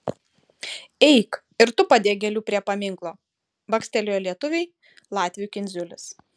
eik ir tu padėk gėlių prie paminklo bakstelėjo lietuviui latvių kindziulis